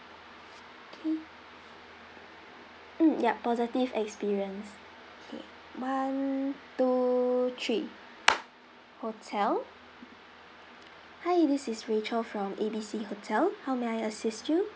okay mm yup positive experience okay one two three hotel hi this is rachel from A B C hotel how may I assist you